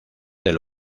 del